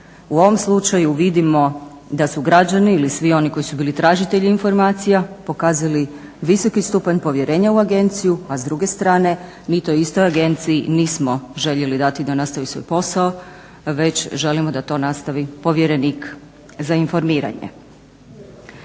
u ovom slučaju vidimo da su građani ili svi oni koji su bili tražitelji informacija pokazali visoki stupanj povjerenja u agenciju, a s druge strane mi toj istoj agenciji nismo željeli dati da nastavi svoj posao već želimo da to nastavi povjerenik za informiranje.